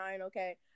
okay